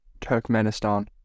Turkmenistan